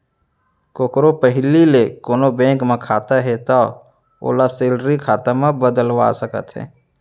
कोकरो पहिली ले कोनों बेंक म खाता हे तौ ओला सेलरी खाता म बदलवा सकत हे